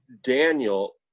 Daniel